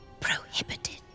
prohibited